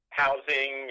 housing